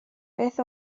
beth